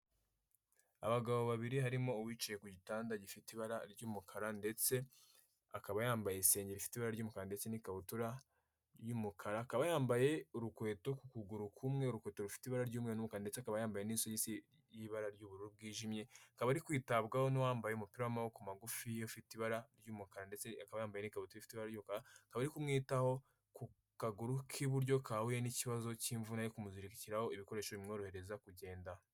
Abagabo babiri harimo uwicaye ku gitanda gifite ibara ry'umukara ndetse akaba yambaye isengeri ifite ibara ry'umukara ndetse n'ikabutura y'umukara akaba yambaye urukweto ku kuguru kumwe rufite ibara ry'umunkara ndetse akaba yambaye n'isogisi ry'ibara ry'ubururu bwijimye akaba ari kwitabwaho n'uwambaye umupira w'amaboko magufi ufite ibara ry'umukara ndetse akaba yambaye ikabutura ifite ibara ry’umukara bigaragara ko ari kumwitaho ku kaguru k’iburyo kahuye n'ikibazo cy'imvune aho ari kumuzirikiraraho ibikoresho bimworohereza kugenda.